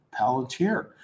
Palantir